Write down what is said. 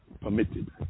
permitted